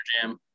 jam